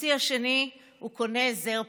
ובחצי השני הוא קונה זר פרחים.